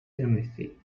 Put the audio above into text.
ценностей